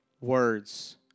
words